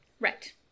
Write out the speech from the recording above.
Right